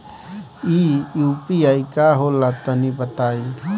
इ यू.पी.आई का होला तनि बताईं?